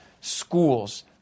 schools